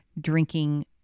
drinking